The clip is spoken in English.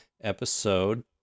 episode